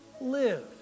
live